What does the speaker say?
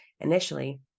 initially